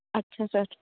ਅੱਛਾ ਸਰ